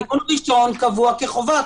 דיון ראשון קבוע כחובה.